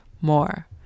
more